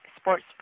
sports